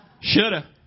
shoulda